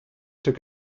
took